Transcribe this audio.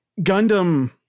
Gundam